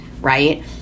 right